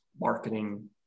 marketing